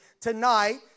tonight